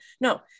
No